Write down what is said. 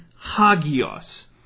Hagios